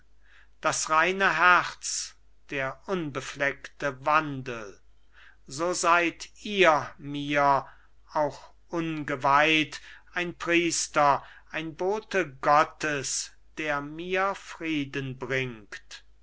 das reine herz der unbefleckte wandel so seid ihr mir auch ungeweiht ein priester ein bote gottes der mir frieden bringt